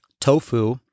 tofu